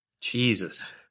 Jesus